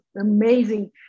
amazing